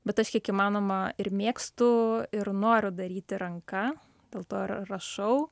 bet aš kiek įmanoma ir mėgstu ir noriu daryti ranka dėl to ir rašau